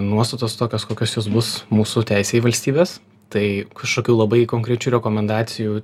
nuostatos tokios kokios jos bus mūsų teisė į valstybės tai kažkokių labai konkrečių rekomendacijų